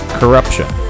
corruption